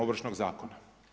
Ovršnog zakona.